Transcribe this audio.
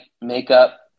makeup